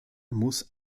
muss